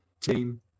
Team